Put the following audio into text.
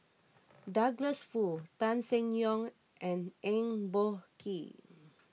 Douglas Foo Tan Seng Yong and Eng Boh Kee